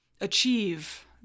achieve